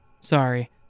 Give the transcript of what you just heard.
Sorry